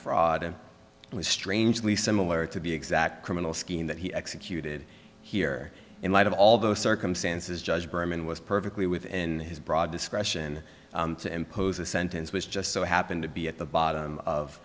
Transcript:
fraud and it was strangely similar to be exact criminal scheme that he executed here in light of all those circumstances judge berman was perfectly within his broad discretion to impose a sentence was just so happened to be at the bottom of